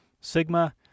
Sigma